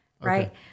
right